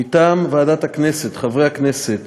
מטעם ועדת הכנסת: חברי הכנסת